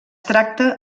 tracta